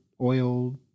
oil